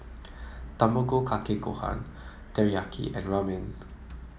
Tamago Kake Gohan Teriyaki and Ramen